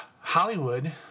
Hollywood